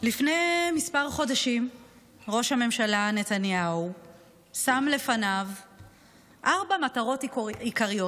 לפני כמה חודשים ראש הממשלה נתניהו שם לפניו ארבע מטרות עיקריות.